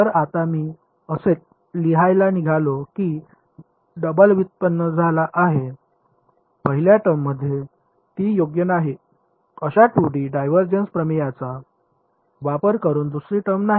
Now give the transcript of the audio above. तर आता मी असे म्हणायला निघालो की डबल व्युत्पन्न झाला आहे पहिल्या टर्ममध्ये ती योग्य नाही अशा 2D डायव्हर्जन्स प्रमेयचा वापर करून दुसरी टर्म नाही